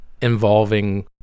involving